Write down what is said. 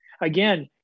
again